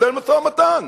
ומנהל משא-ומתן.